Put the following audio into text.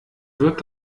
wird